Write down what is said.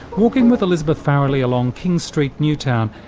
walking with elizabeth farrelly along king street, newtown.